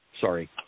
Sorry